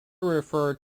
refer